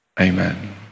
Amen